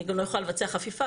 היא גם לא יכולה לבצע חפיפה,